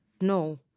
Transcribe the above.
No